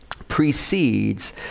Precedes